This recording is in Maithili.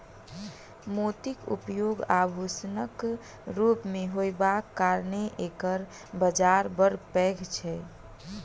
मोतीक उपयोग आभूषणक रूप मे होयबाक कारणेँ एकर बाजार बड़ पैघ छै